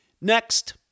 Next